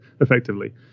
effectively